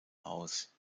aus